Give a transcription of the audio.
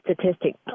statistic